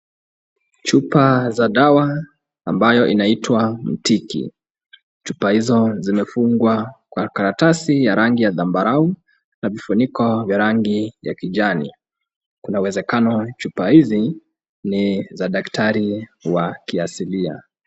Chupa za dawa ambayo inaitwa Mtiki. Chupa hizo zimefungwa kwa karatasi ya rangi ya zambarau na vifuniko vya rangi ya kijani. Kuna uwezekano chupa hizi ni za daktari wa kiasilia.